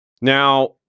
Now